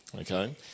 okay